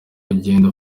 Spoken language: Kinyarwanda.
kugenda